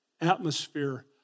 atmosphere